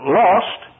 lost